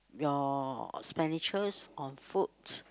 your expenditures on food